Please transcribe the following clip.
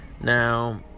Now